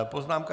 Poznámka